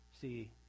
See